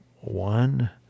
one